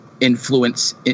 influence